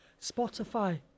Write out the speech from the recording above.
Spotify